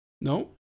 No